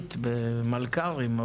בעברית במלכ"רים,